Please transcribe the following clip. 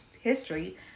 history